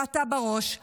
ואתה בראש,